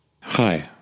Hi